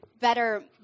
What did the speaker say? better